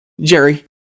Jerry